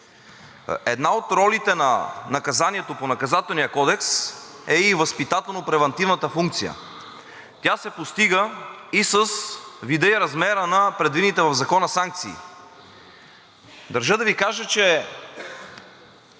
Една от ролите на наказанието по Наказателния кодекс е и възпитателно-превантивната функция. Тя се постига и с вида и размера на предвидените в закона санкции. Държа да Ви кажа, че